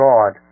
God